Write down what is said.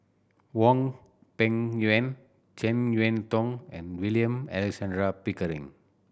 Hwang Peng Yuan Jek Yeun Thong and William Alexander Pickering